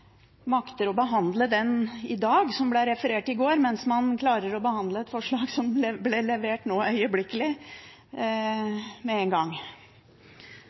makter å behandle den i dag, som ble referert i går, mens man klarer å behandle et forslag som ble levert nå, øyeblikkelig, med en gang.